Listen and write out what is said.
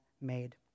made